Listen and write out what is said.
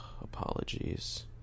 Apologies